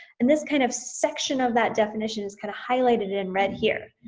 and this kind of section of that definition is kind of highlighted in red here.